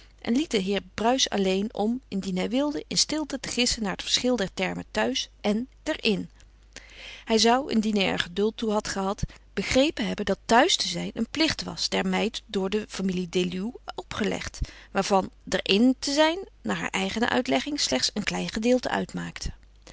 en liet den heer bruis alleen om indien hij wilde in stilte te gissen naar het verschil der termen thuis en der in hij zou indien hij er geduld toe had gehad begrepen hebben dat thuis te zijn een plicht was der meid door de familie deluw opgelegd waarvan der in te zijn naar haar eigene uitlegging slechts een klein gedeelte uitmaakte